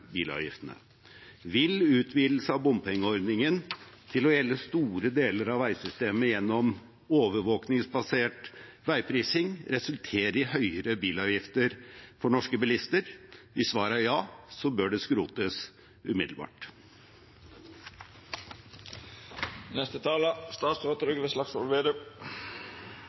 bilavgiftene. Vil utvidelse av bompengeordningen til å gjelde store deler av veisystemet gjennom overvåkningsbasert veiprising resultere i høyere bilavgifter for norske bilister? Hvis svaret er ja, bør det skrotes umiddelbart.